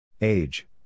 Age